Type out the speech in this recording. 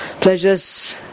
pleasures